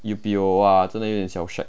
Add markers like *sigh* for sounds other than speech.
*noise* !wah! 真的有点小 shag